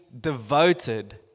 devoted